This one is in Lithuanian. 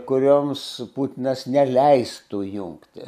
kurioms putinas neleistų jungtis